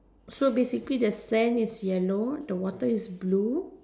so basically the sand is yellow the water is blue